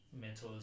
mentors